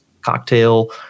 cocktail